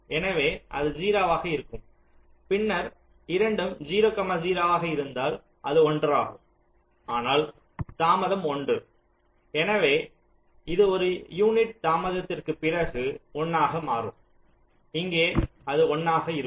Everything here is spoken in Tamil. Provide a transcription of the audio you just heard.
எனவே அது 0 ஆக இருக்கும் பின்னர் இரண்டும் 0 0 ஆக இருந்தால் அது ஒன்றாகும் ஆனால் தாமதம் 1 எனவே இது ஒரு யூனிட் தாமதத்திற்குப் பிறகு 1 ஆக மாறும் இங்கே அது 1 ஆக இருக்கும்